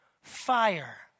Fire